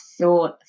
thought